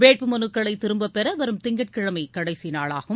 வேட்புமனுக்களை திரும்பப் பெற வரும் திங்கட்கிழமை கடைசி நாளாகும்